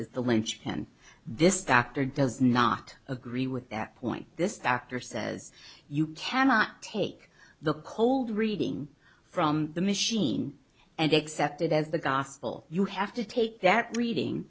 is the linchpin and this doctor does not agree with that point this doctor says you cannot take the cold reading from the machine and accept it as the gospel you have to take that reading